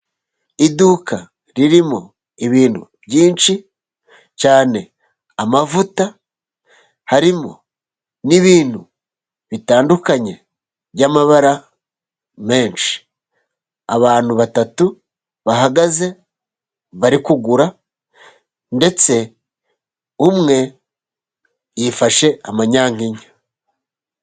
Iduka ririmo ibintu byinshi cyane; amavuta, harimo n’ibintu bitandukanye by’amabara menshi. Abantu batatu bahagaze bari kugura, ndetse umwe yifashe amanyankenya.